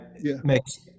makes